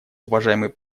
уважаемый